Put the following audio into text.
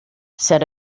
said